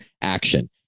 action